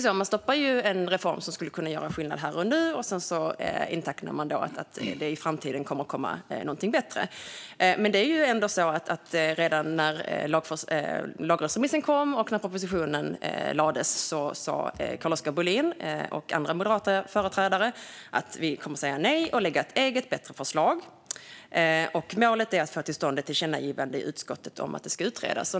Man stoppar en reform som skulle kunna göra skillnad här och nu, och sedan antyder man att det i framtiden kommer att komma någonting bättre. Men redan när lagrådsremissen kom och när propositionen lades fram sa Carl-Oskar Bohlin och andra moderata företrädare: Vi kommer att säga nej och lägga fram ett eget, bättre förslag, och målet är att få till stånd ett tillkännagivande i utskottet om att det här ska utredas.